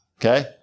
Okay